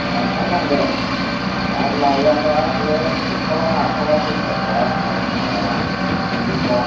लायथारनांगोन आरो लायाब्ला बे हरथावा माथावा दस्राफ्रा कास्ट'मारा हेबोब्ला